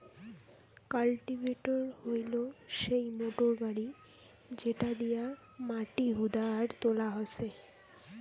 cultivator হইলো সেই motor গাড়ি যেটা দিয়া মাটি হুদা আর তোলা হসে